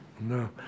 no